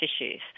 issues